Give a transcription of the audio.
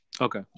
Okay